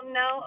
no